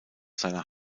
seiner